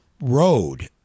road